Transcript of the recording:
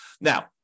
Now